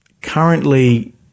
currently